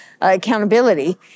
accountability